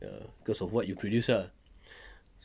err cause of what you produce ah